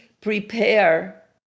prepare